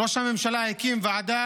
ראש הממשלה הקים את ועדת